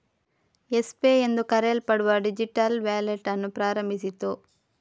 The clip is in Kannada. ಯೆಸ್ ಪೇ ಎಂದು ಕರೆಯಲ್ಪಡುವ ಡಿಜಿಟಲ್ ವ್ಯಾಲೆಟ್ ಅನ್ನು ಪ್ರಾರಂಭಿಸಿತು